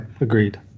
agreed